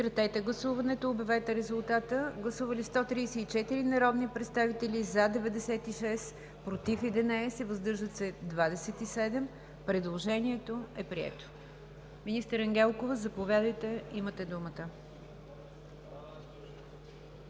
от този законопроект. Гласували 134 народни представители: за 96, против 11, въздържали се 27. Предложението е прието. Министър Ангелкова, заповядайте, имате думата.